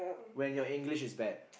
when your English is bad